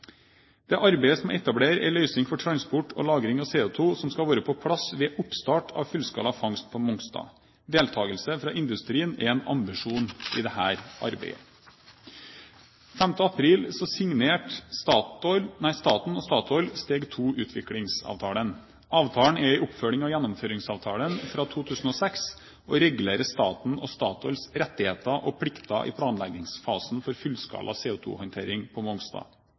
dette arbeidet. Den 5. april signerte staten og Statoil «Steg 2 Utviklingsavtalen». Avtalen er en oppfølging av gjennomføringsavtalen fra 2006, og regulerer statens og Statoils rettigheter og plikter i planleggingsfasen for fullskala CO2-håndtering på Mongstad.